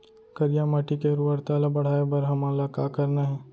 करिया माटी के उर्वरता ला बढ़ाए बर हमन ला का करना हे?